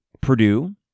Purdue